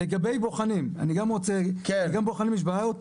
לגבי בוחנים, כי גם לגבי בוחנים יש בעיות,